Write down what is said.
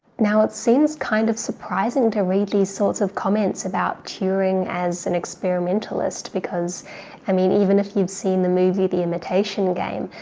now it seems kind of surprising to read these sorts of comments about turing as an experimentalist because i mean even if you've seen the movie the imitation game,